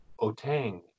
Otang